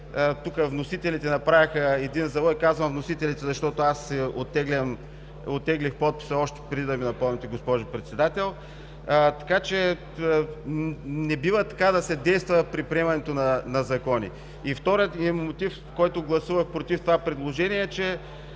Вносителите направиха един завой, казвам „вносителите”, защото аз оттеглих подписа си още преди да ми напомните, госпожо Председател. Така че не бива да се действа така при приемането на закони. Вторият ми мотив, заради който гласувах „против” това предложение, е, че